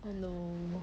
I know